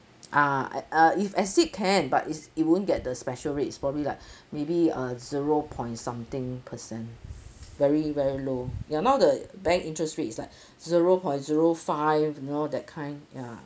ah uh if exceed can but it's it won't get the special rates it's probably like maybe uh zero point something percent very very low ya now the bank interest rate is like zero point zero five you know that kind ya